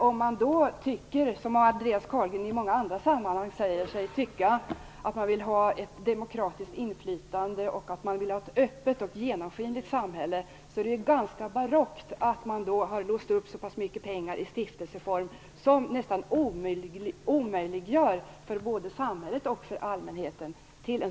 Om man vill ha ett demokratiskt inflytande och ett öppet och genomskinligt samhälle - som Andreas Carlgren i många andra sammanhang säger sig vilja ha - finner man det närmast barockt att så mycket pengar har låsts i stiftelseform, vilket nästan omöjliggör en sådan insyn både från samhället och från allmänheten.